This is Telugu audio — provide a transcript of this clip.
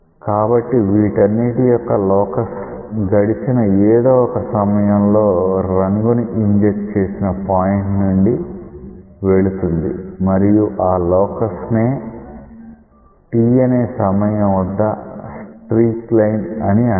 కాబట్టి వీటన్నిటి యొక్క లోకస్ గడిచిన ఏదో ఒక సమయంలో రంగు ని ఇంజెక్ట్ చేసిన పాయింట్ నుండి వెళుతుంది మరియు ఆ లోకస్ నే t అనే సమయం వద్ద స్ట్రీక్ లైన్ అని అంటాము